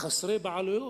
חסרי בעלויות.